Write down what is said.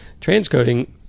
Transcoding